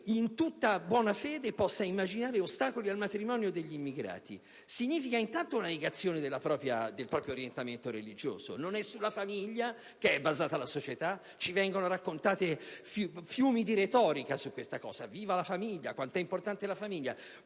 in tutta buona fede, possano immaginare ostacoli al matrimonio degli immigrati. Intanto, ciò rappresenta una negazione del proprio orientamento religioso: non è sulla famiglia che è basata la società? Vengono versati fiumi di retorica al riguardo: viva la famiglia! Quanto è importante la famiglia!